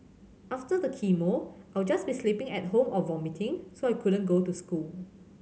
after the chemo I'll just be sleeping at home or vomiting so I couldn't go to school